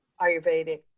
Ayurvedic